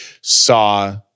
saw